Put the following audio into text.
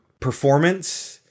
performance